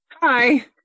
hi